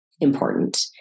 important